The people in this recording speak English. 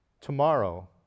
tomorrow